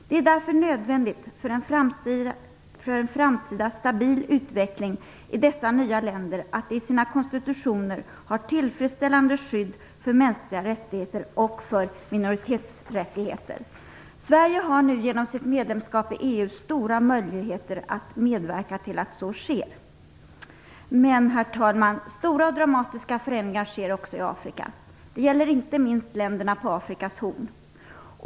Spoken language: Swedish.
Det är därför nödvändigt för en framtida stabil utveckling i dessa nya länder att de i sina konstitutioner har tillfredsställande skydd för mänskliga rättigheter och för minoritetsrättigheter. Sverige har nu genom sitt medlemskap i EU stora möjligheter att medverka till att så sker. Men, herr talman, stora och dramatiska förändringar sker också i Afrika. Det gäller inte minst länderna på Afrikas Horn.